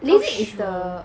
LASIK is the